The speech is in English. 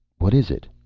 what is it?